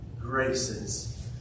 graces